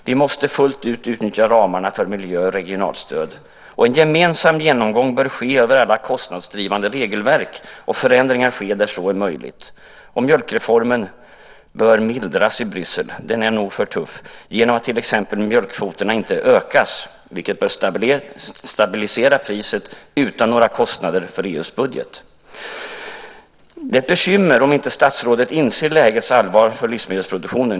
Vi måste fullt ut utnyttja ramarna för miljö och regionalstöd. En gemensam genomgång bör ske av alla kostnadsdrivande regelverk och förändringar ske där så är möjligt. Mjölkreformen bör mildras i Bryssel - den är nog för tuff - till exempel genom att mjölkkvoterna inte utökas, vilket bör stabilisera priset utan några kostnader för EU:s budget. Det är ett bekymmer om statsrådet inte inser lägets allvar för livsmedelsproduktionen.